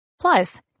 Plus